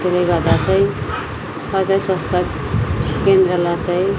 त्यसले गर्दा चाहिँ सरकारी स्वास्थ्य केन्द्रलाई चाहिँ